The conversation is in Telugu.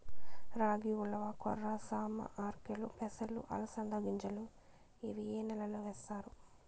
రాగి, ఉలవ, కొర్ర, సామ, ఆర్కెలు, పెసలు, అలసంద గింజలు ఇవి ఏ నెలలో వేస్తారు?